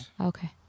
Okay